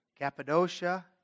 Cappadocia